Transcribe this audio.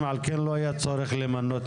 על כן לא היה צורך למנות,